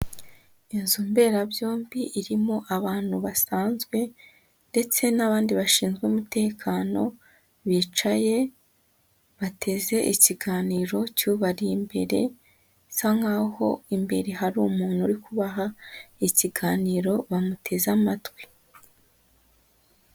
Inzu mberabyombi irimo abantu basanzwe ndetse n'abandi bashinzwe umutekano bicaye, bateze ikiganiro cy'ubari imbere, bisa nk'aho imbere hari umuntu uri kubaha ikiganiro bamuteze amatwi.